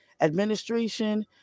Administration